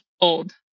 old